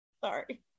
Sorry